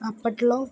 అప్పట్లో